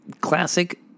Classic